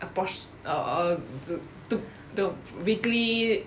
apos~ or uh to to to weekly